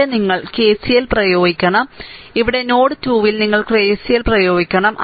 ഇവിടെ നിങ്ങൾ KCL പ്രയോഗിക്കണം ഇവിടെ നോഡ് 2 ൽ നിങ്ങൾ KCL പ്രയോഗിക്കണം